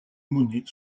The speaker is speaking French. monnaies